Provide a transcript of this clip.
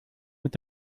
mit